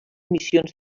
missions